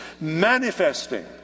manifesting